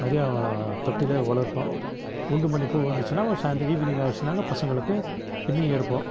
நிறையா தொட்டியில் வளர்ப்போம் குண்டுமல்லிப்பூ வந்துச்சின்னால் சாயந்திரம் ஈவினிங் ஆகிடுச்சினாக்க பசங்களுக்கு பின்னி எடுப்போம்